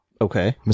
okay